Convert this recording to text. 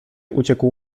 uciekł